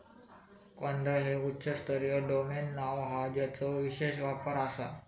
कांदा हे उच्च स्तरीय डोमेन नाव हा ज्याचो विशेष वापर आसा